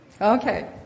Okay